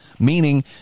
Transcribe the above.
Meaning